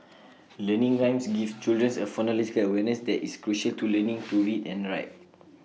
learning rhymes gives children A phonological awareness that is crucial to learning to read and write